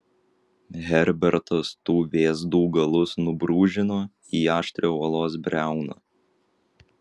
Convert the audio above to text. herbertas tų vėzdų galus nubrūžino į aštrią uolos briauną